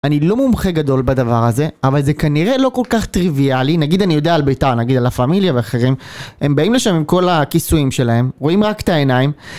אני לא מומחה גדול בדבר הזה, אבל זה כנראה לא כל כך טריוויאלי. נגיד אני יודע על בית"ר, נגיד על לה פמיליה ואחרים, הם באים לשם עם כל הכיסויים שלהם, רואים רק את העיניים.